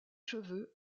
cheveux